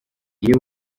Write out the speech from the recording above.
iyo